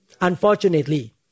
Unfortunately